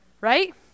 Right